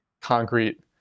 concrete